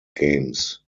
games